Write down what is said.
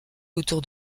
autour